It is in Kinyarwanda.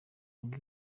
rugo